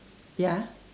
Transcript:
ya